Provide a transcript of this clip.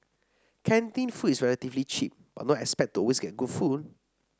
canteen food is relatively cheap but don't expect to always get good food